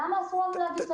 למה אסור לנו להגיש לפר"ח?